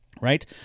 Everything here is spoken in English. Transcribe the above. right